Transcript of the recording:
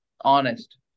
Honest